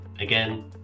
again